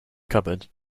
cupboard